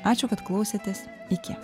ačiū kad klausėtės iki